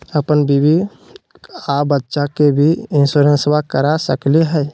अपन बीबी आ बच्चा के भी इंसोरेंसबा करा सकली हय?